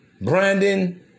Brandon